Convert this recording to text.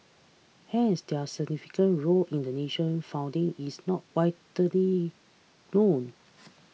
hence their significant role in the nation's founding is not widely known